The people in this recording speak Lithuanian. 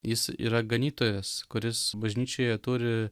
jis yra ganytojas kuris bažnyčioje turi